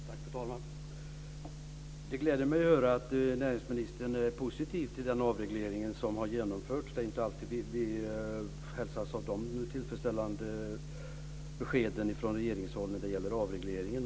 Fru talman! Det gläder mig att näringsministern är positiv till den avreglering som har genomförts. Det är inte alltid som vi hälsas av de tillfredsställande beskeden från regeringshåll när det gäller avregleringen.